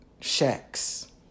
shacks